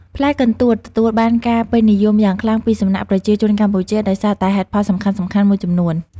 ផ្លែកន្ទួតទទួលបានការពេញនិយមយ៉ាងខ្លាំងពីសំណាក់ប្រជាជនកម្ពុជាដោយសារតែហេតុផលសំខាន់ៗមួយចំនួន។